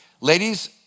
Ladies